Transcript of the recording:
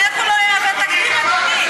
אבל איך הוא לא יהווה תקדים, אדוני?